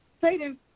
Satan